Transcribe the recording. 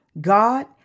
God